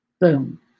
Boom